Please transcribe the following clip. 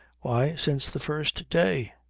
why, since the first day.